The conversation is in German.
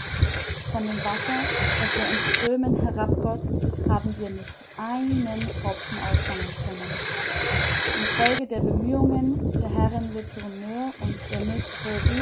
von dem wasser das er in strömen herabgoß haben wir nicht einen tropfen auffangen können in folge der bemühungen der herren letourneur und der